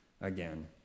again